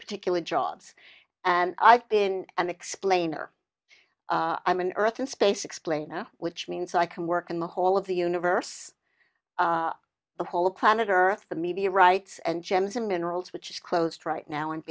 particular jobs and i've been an explainer i'm an earth and space explainer which means i can work in the whole of the universe the whole planet earth the media rights and gems and minerals which is closed right now and